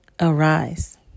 arise